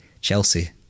Chelsea